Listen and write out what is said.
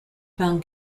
found